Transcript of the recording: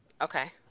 Okay